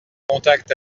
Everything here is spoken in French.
contact